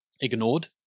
ignored